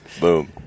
Boom